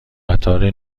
قطار